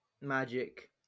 magic